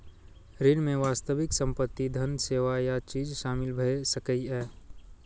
ऋण मे वास्तविक संपत्ति, धन, सेवा या चीज शामिल भए सकैए